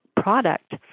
product